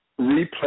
replay